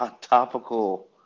topical